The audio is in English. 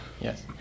yes